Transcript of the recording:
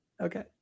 Okay